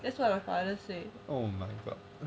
that's what my father say